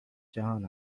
جهان